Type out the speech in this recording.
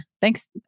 Thanks